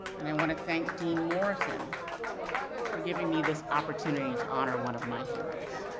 and i wanna thank dean morrison for giving me this opportunity to honor one of my heroes.